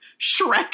Shrek